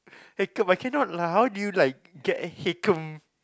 Hakcom I cannot lah like how do you get Hakcom